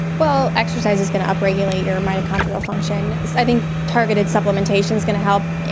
well, exercise is going to up-regulate your mitochondrial function. i think targeted supplementation is going to help.